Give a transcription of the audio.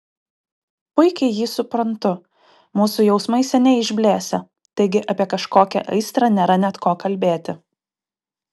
puikiai jį suprantu mūsų jausmai seniai išblėsę taigi apie kažkokią aistrą nėra net ko kalbėti